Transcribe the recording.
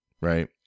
right